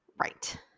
Right